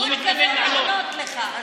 הוא מתכוון לענות לך.